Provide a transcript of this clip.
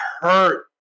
hurt